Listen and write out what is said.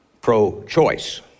pro-choice